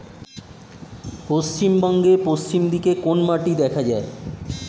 পশ্চিমবঙ্গ পশ্চিম দিকে কোন মাটি দেখা যায়?